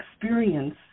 experience